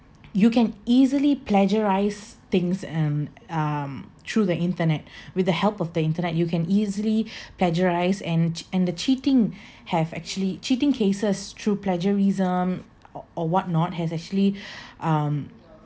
you can easily plagiarize things and um through the internet with the help of the internet you can easily plagiarize and chea~ and the cheating have actually cheating cases through plagiarism or or what not has actually um